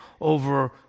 over